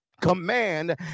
command